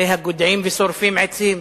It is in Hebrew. אלה הגודעים ושורפים עצים.